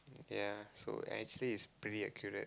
ya so actually it's pretty accurate